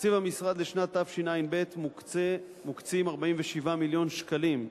לתקציב המשרד לשנת תשע"ב מוקצים 47 מיליון שקלים,